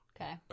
Okay